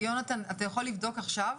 יונתן, אתה יכול לבדוק עכשיו?